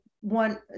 one